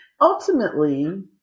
Ultimately